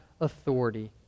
authority